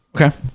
okay